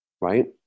right